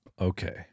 Okay